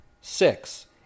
Six